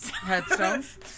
headstones